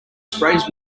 sprays